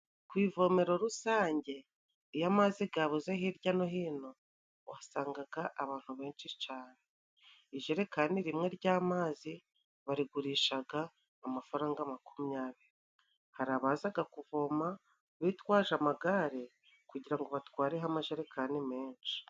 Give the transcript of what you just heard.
Ku ivomero rusange iyo amazi gabuze hirya no hino, uhasangaga abantu benshi cane. Ijerekani rimwe ry'amazi, barigurishaga amafaranga makumyabiri. Hari abazaga kuvoma bitwaje amagare, kugira batwareho amajerekani menshi.